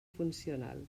funcional